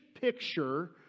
picture